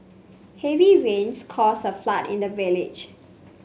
heavy rains caused a flood in the village